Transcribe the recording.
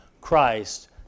Christ